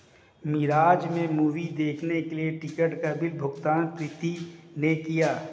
मिराज में मूवी देखने के लिए टिकट का बिल भुगतान प्रीति ने किया